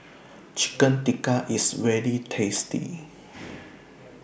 Chicken Tikka IS very tasty